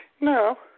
No